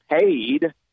paid